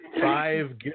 Five